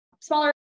smaller